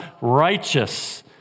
righteous